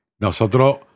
Nosotros